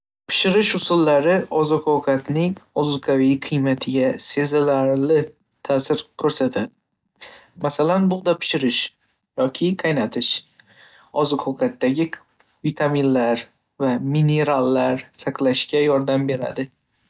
Pishirish usullari oziq-ovqatning ozuqaviy qiymatiga sezilarli ta'sir ko'rsatadi. Masalan, bug'da pishirish yoki qaynatish, oziq-ovqatdagi vitaminlar va minerallarni saqlashga yordam beradi.